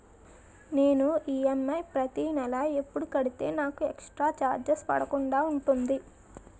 నేను ఈ.ఎమ్.ఐ ప్రతి నెల ఎపుడు కడితే నాకు ఎక్స్ స్త్ర చార్జెస్ పడకుండా ఉంటుంది?